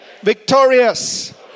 victorious